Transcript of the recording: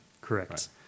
Correct